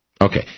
Okay